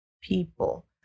people